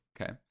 Okay